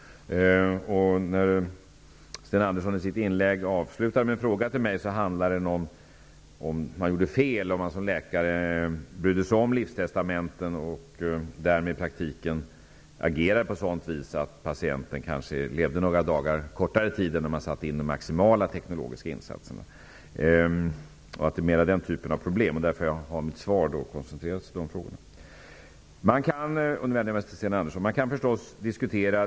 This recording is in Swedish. Sten Andersson avslutade sitt inlägg med att fråga mig om huruvida man såsom läkare gör fel om man bryr sig om livstestamenten och på så sätt därigenom i praktiken agerar så att patienten kanske lever några dagar kortare än om de maximala teknologiska insatserna sätts in. Därför har jag i mitt svar koncentrerat mig till dessa frågor. Nu riktar jag mig till Sten Andersson.